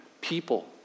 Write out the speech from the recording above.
people